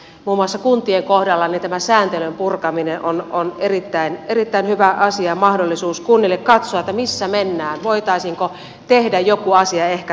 muun muassa kuntien kohdalla tämä sääntelyn purkaminen on erittäin hyvä asia mahdollisuus kunnille katsoa missä mennään voitaisiinko tehdä joku asia ehkä toisin